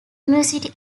university